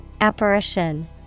Apparition